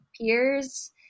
peers